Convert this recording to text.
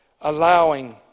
allowing